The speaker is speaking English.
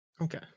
Okay